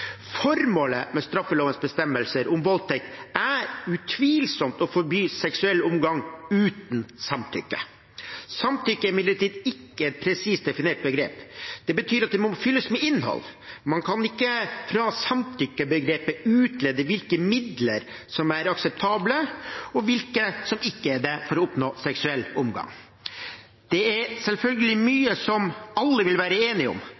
Formålet med straffelovens bestemmelser om voldtekt er utvilsomt å forby seksuell omgang uten samtykke. Samtykke er imidlertid ikke et presist definert begrep. Det betyr at det må fylles med innhold. Man kan ikke fra samtykkebegrepet utlede hvilke midler som er akseptable, og hvilke som ikke er det, for å oppnå seksuell omgang. Det er selvfølgelig mye som alle vil være enige om,